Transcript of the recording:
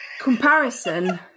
comparison